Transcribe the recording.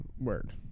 word